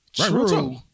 true